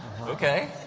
Okay